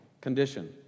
condition